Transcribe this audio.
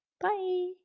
Bye